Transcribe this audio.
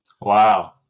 Wow